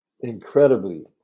Incredibly